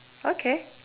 okay